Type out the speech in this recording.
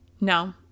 No